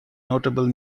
notable